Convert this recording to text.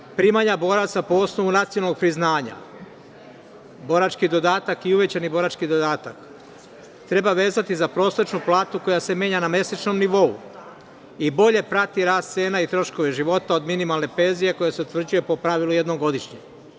Naime, primanja boraca, po osnovu nacionalnog priznanja, borački dodatak i uvećani borački dodatak, treba vezati za prosečnu platu koja se menja na mesečnom nivou i bolje prati rast cena o troškove života, od minimalne penzije, koja se utvrđuje po pravilu jednom godišnje.